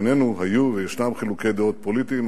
בינינו היו וישנם חילוקי דעות פוליטיים,